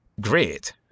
Great